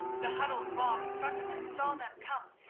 the huddled mob in front of them saw them come,